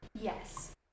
Yes